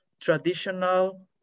traditional